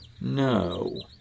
No